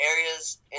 areas